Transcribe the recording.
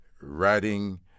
writing